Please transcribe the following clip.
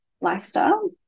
lifestyle